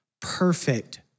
perfect